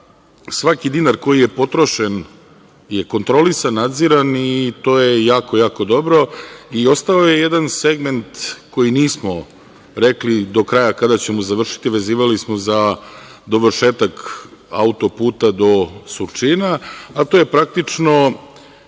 svaki dinar koji je potrošen je kontrolisan, nadziran i to je jako, jako dobro i ostao je jedan segment koji nismo rekli do kraja kada ćemo završiti, vezivali smo za dovršetak auto-puta do Surčina, a to je praktično,